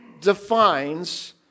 defines